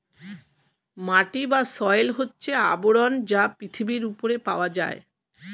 মাটি বা সয়েল হচ্ছে আবরণ যা পৃথিবীর উপরে পাওয়া যায়